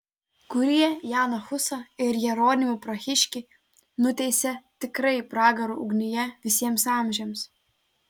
kurie janą husą ir jeronimą prahiškį nuteisė tikrai pragaro ugnyje visiems amžiams